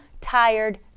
tired